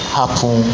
happen